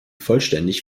vollständig